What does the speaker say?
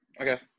Okay